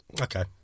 okay